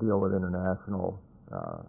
deal with but international